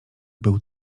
był